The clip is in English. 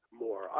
more